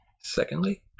Secondly